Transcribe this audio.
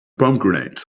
pomegranate